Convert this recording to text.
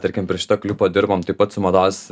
tarkim prie šito klipo dirbom taip pat su mados